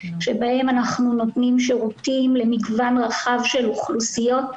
שבהם אנחנו נותנים שירותים למגוון רחב של אוכלוסיות,